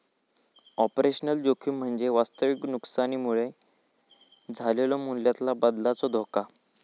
operational जोखीम म्हणजे वास्तविक नुकसानीमुळे झालेलो मूल्यातला बदलाचो धोको